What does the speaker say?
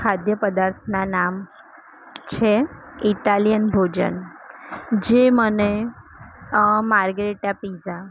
ખાદ્ય પદાર્થના નામ છે ઈટાલિયન ભોજન જે મને માર્ગરેટા પીઝા